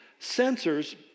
sensors